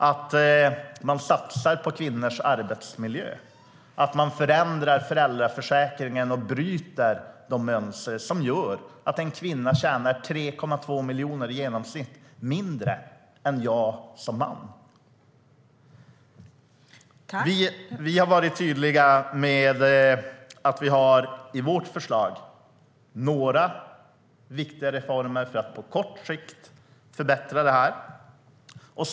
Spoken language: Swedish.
Det handlar om att satsa på kvinnors arbetsmiljö och att förändra föräldraförsäkringen och bryta de mönster som gör att en kvinna i genomsnitt tjänar 3,3 miljoner mindre än jag som man. Vi har varit tydliga med att vi i vårt förslag har några viktiga reformer för att på kort sikt förbättra detta.